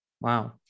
Wow